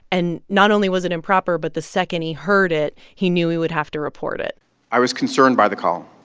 and not only was it improper, but the second he heard it, he knew he would have to report it i was concerned by the call.